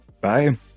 Bye